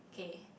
okay